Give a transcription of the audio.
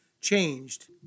changed